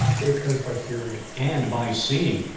faith comes by hearing. and by seeing.